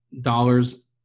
dollars